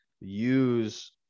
use